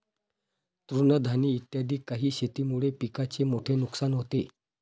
तृणधानी इत्यादी काही शेतीमुळे पिकाचे मोठे नुकसान होते